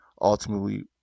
ultimately